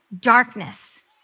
darkness